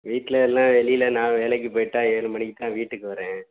வீட்டில் எல்லாம் வெளியில நான் வேலைக்கு போய்விட்டா ஏழு மணிக்கு தான் வீட்டுக்கு வரேன்